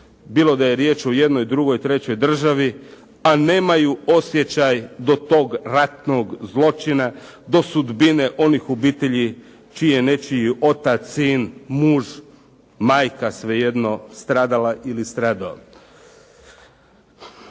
bilo da je riječ o jednoj, drugoj, trećoj državi, a nemaju osjećaj do tog ratnog zločina, do sudbine onih obitelji čiji je nečiji otac, sin, muž, majka, svejedno, stradala ili stradao.